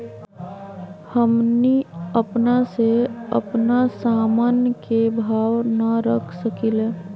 हमनी अपना से अपना सामन के भाव न रख सकींले?